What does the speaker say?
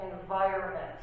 environment